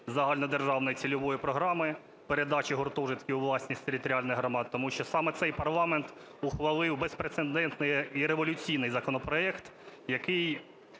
загальнодержавної цільової програми передачі гуртожитків у власність територіальних громад. Тому що саме цей парламент ухвалив безпрецедентний і революційний законопроект, який...